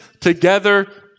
together